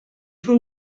for